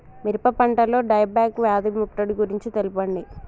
మిరప పంటలో die back వ్యాధి ముట్టడి గురించి తెల్పండి?